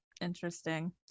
Interesting